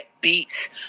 beats